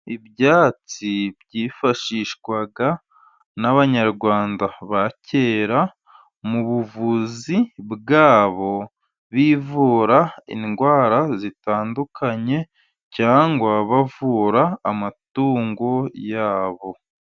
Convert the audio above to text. Ibyatsi byifashishwaga n'Abanyarwanda ba kera, mu buvuzi bwabo bivura indwara zitandukanye, cyangwa bavura amatungo yabo.